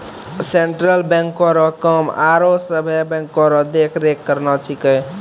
central बैंको रो काम आरो सभे बैंको रो देख रेख करना छिकै